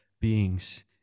beings